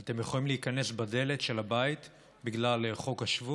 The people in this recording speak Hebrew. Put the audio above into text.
אתם יכולים להיכנס בעד הדלת של הבית בגלל חוק השבות.